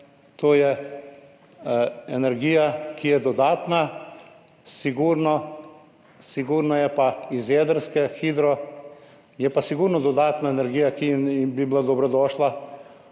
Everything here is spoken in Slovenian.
to je energija, ki je dodatna. Sigurno sigurno je pa iz jedrske, hidro [glavna]. Je pa sigurno dodatna energija, ki bi bila dobrodošla,